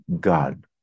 God